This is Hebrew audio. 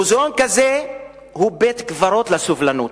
מוזיאון כזה הוא בית-קברות לסובלנות,